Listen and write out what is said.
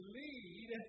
lead